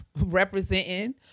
representing